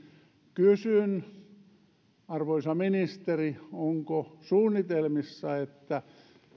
kysyn arvoisa ministeri onko suunnitelmissa että